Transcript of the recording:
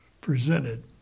presented